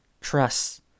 trust